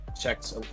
checked